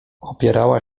opierała